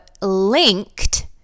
linked